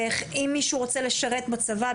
אם מישהו רוצה לשרת בצבא,